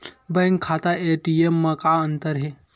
Bank खाता ATM मा का अंतर हे?